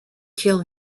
kill